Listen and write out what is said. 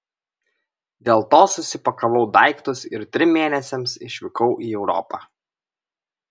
dėl to susipakavau daiktus ir trim mėnesiams išvykau į europą